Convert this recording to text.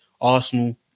Arsenal